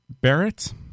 Barrett